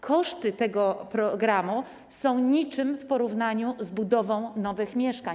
Koszty tego programu są niczym w porównaniu z budową nowych mieszkań.